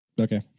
Okay